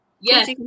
Yes